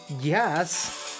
Yes